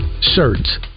shirts